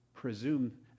Presume